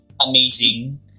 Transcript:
Amazing